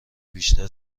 بیشتر